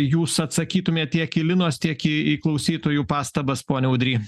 jūs atsakytumėt tiek į linos tiek į į klausytojų pastabas ponia ūdry